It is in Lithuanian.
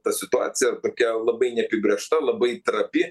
ta situacija tokia labai neapibrėžta labai trapi